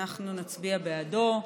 אנחנו נצביע בעדו.